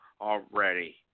already